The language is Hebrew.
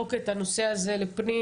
לזרוק את הנושא הזה לפנים,